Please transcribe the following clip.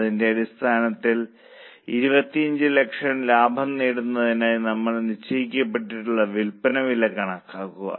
അതിന്റെ അടിസ്ഥാനത്തിൽ 2500000 ലാഭ ലക്ഷ്യം നേടുന്നതിനായി നമ്മൾ നിശ്ചയിക്കപ്പെട്ടിട്ടുള്ള വിൽപ്പന വില കണക്കാക്കുക